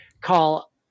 call